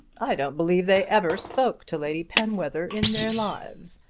i don't believe they ever spoke to lady penwether in their lives.